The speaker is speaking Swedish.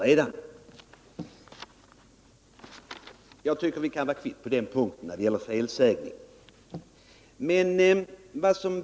Jag tycker, som sagt, att vi kan vara kvitt när det gäller felsägning.